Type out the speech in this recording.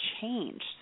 changed